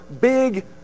big